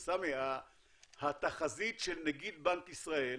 סמי, התחזית של נגיד בנק ישראל,